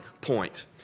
point